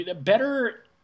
better